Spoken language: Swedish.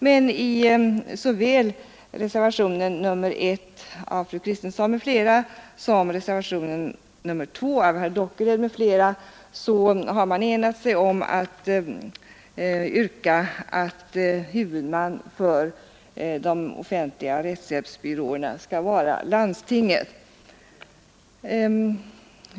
Men såväl i reservationen 1 av fru Kristensson och herr Schött som i reservationen 2 av herr Dockered m.fl. har man enat sig om att yrka att huvudman för de offentliga rättshjälpsbyråerna skall vara landstinget.